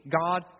God